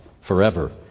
forever